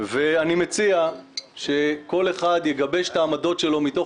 אני מציע שכל אחד יגבש את העמדות שלו מתוך